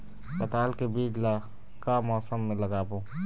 पताल के बीज ला का मौसम मे लगाबो?